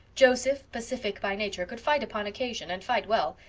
joseph, pacific by nature, could fight upon occasion and fight well.